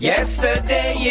Yesterday